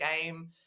game